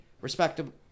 respectable